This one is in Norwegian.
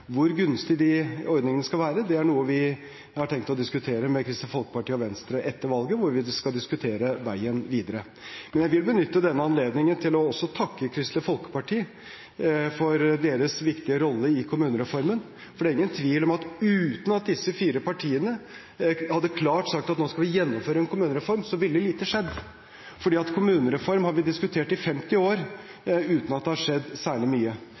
Hvor gunstige de ordningene skal være, er noe vi har tenkt å diskutere med Kristelig Folkeparti og Venstre etter valget når vi skal diskutere veien videre. Men jeg vil benytte denne anledningen til også å takke Kristelig Folkeparti for deres viktige rolle i kommunereformen. Det er ingen tvil om at uten at disse fire partiene klart hadde sagt at nå skal vi gjennomføre en kommunereform, ville lite skjedd, for kommunereform har vi diskutert i 50 år uten at det har skjedd særlig mye.